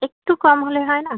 একটু কম হলে হয় না